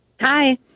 Hi